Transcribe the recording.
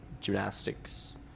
gymnastics